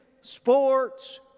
sports